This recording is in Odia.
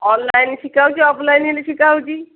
ଅନ୍ନାଇନ୍ ଶିଖା ହେଉଛି ଅଫ୍ଲାଇନ୍ ବି ଶିଖା ହେଉଛି